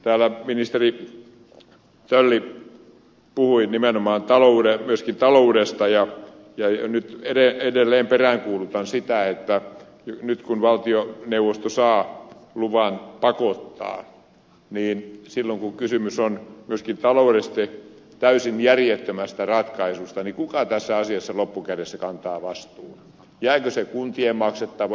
täällä ministeri tölli puhui nimenomaan myöskin taloudesta ja nyt edelleen peräänkuulutan sitä että nyt kun valtioneuvosto saa luvan pakottaa niin silloin kun kysymys on myöskin taloudellisesti täysin järjettömästä ratkaisusta niin kuka tässä asiassa loppukädessä kantaa vastuun